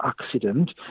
accident